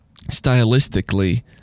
stylistically